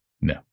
No